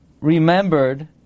remembered